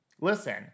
listen